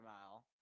mile